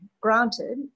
granted